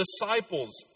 disciples